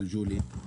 ג'לג'וליה.